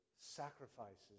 sacrifices